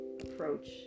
approach